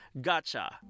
Gotcha